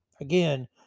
again